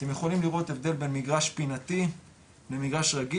אתם יכולים לראות הבדל בין מגרש פינתי למגרש רגיל,